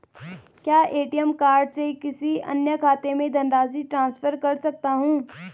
क्या ATM card से किसी अन्य खाते में धनराशि ट्रांसफर कर सकता हूँ?